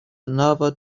another